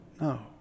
No